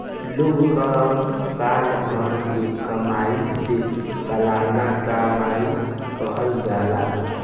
लोग कअ साल भर के कमाई के सलाना कमाई कहल जाला